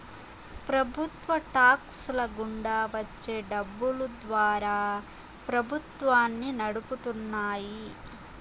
ప్రభుత్వ టాక్స్ ల గుండా వచ్చే డబ్బులు ద్వారా ప్రభుత్వాన్ని నడుపుతున్నాయి